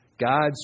God's